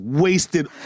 wasted